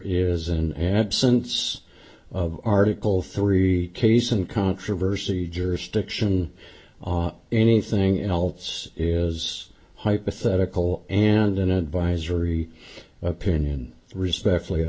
is an absence of article three case in controversy jurisdiction anything else is hypothetical and an advisory opinion respectfully i